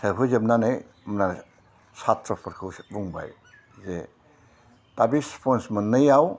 सोबहोजोबनानै मा सात्र'फोरखौ बुंबाय जे दा बे स्पन्ज मोननैयाव